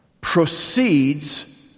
proceeds